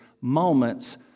moments